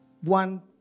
one